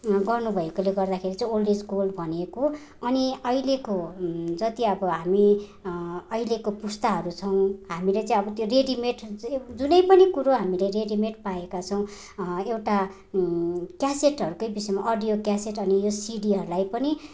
गर्नु भएकोले गर्दाखेरि चाहिँ ओल्ड इज गोल्ड भनिएको अनि अहिलेको जति अब हामी अहिलेको पुस्ताहरू छौँ हामीले चाहिँ अब त्यो रेडी मेड हुन्छ वा जुनै पनि कुरो हामीले रेडी मेड पाएका छौँ एउटा क्यासेटहरूकै विषयमा अडियो क्यासेट अनि यो सिडिहरूलाई पनि